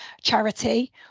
charity